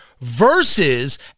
versus